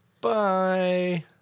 Bye